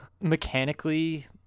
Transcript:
Mechanically